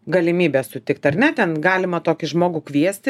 galimybė sutikt ar ne ten galima tokį žmogų kviesti